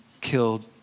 killed